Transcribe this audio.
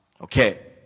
okay